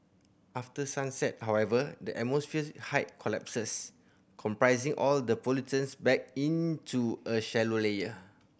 after sunset however the atmosphere height collapses compressing all the pollutants back into a shallow layer